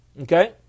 Okay